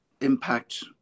impact